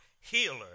healer